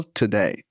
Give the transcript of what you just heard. today